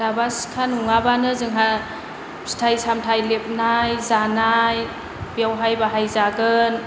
दाबा सिखा नङाबानो जोंहा फिथाइ सामथाइ लेबनाय जानाय बेवहाय बाहायजागोन